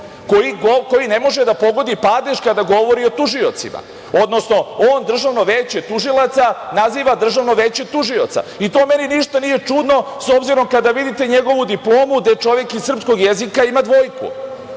koji ne može da pogodi padež kada govori o tužiocima, odnosno on Državno veće tužilaca naziva Državno veće tužioca. To meni ništa nije čudno, s obzirom kada vidite njegovu diplomu gde čovek iz srpskog jezika ima dvojku. Sada